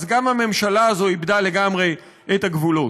גם הממשלה הזאת איבדה לגמרי את הגבולות.